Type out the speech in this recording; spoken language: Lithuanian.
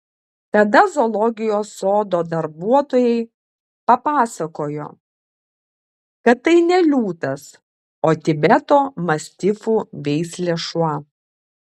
tada zoologijos sodo darbuotojai papasakojo kad tai ne liūtas o tibeto mastifų veislė šuo